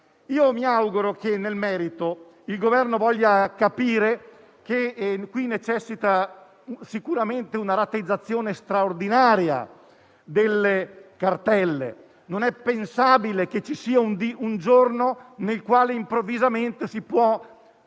Io mi auguro che nel merito il Governo voglia capire che è necessaria sicuramente una rateizzazione straordinaria delle cartelle; non è pensabile che ci sia un giorno nel quale improvvisamente si